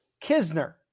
Kisner